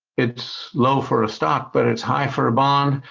it's low for a stock but it's high for a bond.